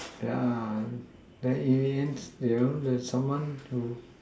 yeah and in the end still there's someone who